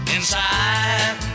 Inside